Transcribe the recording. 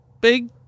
big